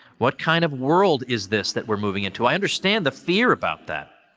what kind of world is this that we're moving into. i understand the fear about that,